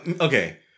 okay